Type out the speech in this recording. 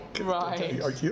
Right